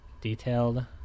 detailed